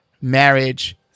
Marriage